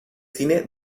cine